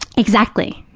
exactly.